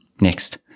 next